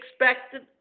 expected